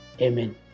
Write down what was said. Amen